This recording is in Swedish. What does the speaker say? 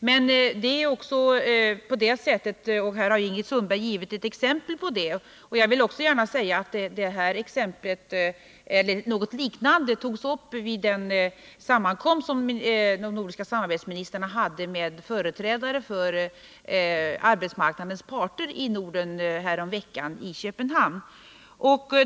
Ingrid Sundberg har givit ett exempel på att sådant ändå kan inträffa, och jag vill gärna säga att ett liknande exempel togs upp vid den sammankomst som de nordiska samarbetsministrarna hade med företrädare för arbetsmarknadens parter i Norden häromveckan i Köpenhamn.